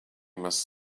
must